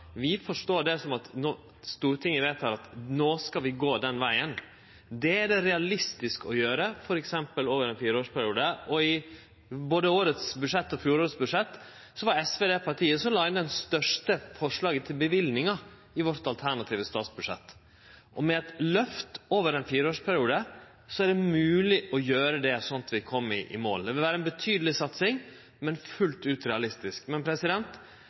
Vi forstår det som at Stortinget vedtek at vi no skal gå den vegen. Det er det realistisk å gjere, f.eks. over ein fireårsperiode, og i samband med budsjettet for både i år og i fjor var SV det partiet som la inn det største forslaget til løyvingar i sitt alternative statsbudsjett. Med eit løft over ein fireårsperiode er det mogleg å gjere det slik at vi kjem i mål. Det vil vere ei betydeleg satsing, men fullt